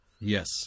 Yes